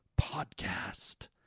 podcast